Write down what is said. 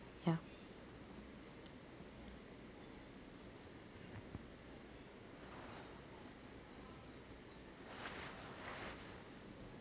ya